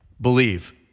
believe